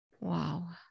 wow